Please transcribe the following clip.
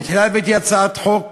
בהתחלה הבאתי הצעת חוק